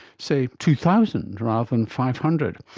say two thousand rather than five hundred?